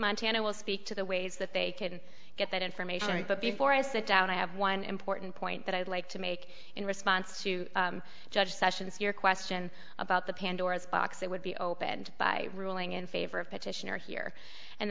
montana will speak to the ways that they can get that information but before i sit down i have one important point that i'd like to make in response to judge sessions your question about the pandora's box that would be opened by ruling in favor of petitioner here and